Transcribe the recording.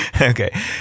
Okay